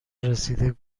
رسیده